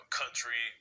country